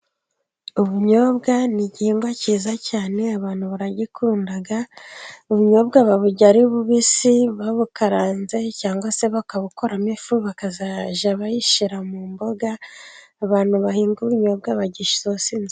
Ubunyobwa ni igihingwa cyiza cyane abantu baragikunda, ubunyobwa baburya ari bubisi, babukaranze ,cyangwa se bakabukoramo ifu bakazajya bayishyira mu mboga. Abantu bahinga ubunyobwa barya isosi nziza.